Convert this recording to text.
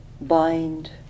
bind